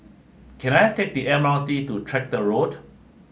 can I take the M R T to Tractor Road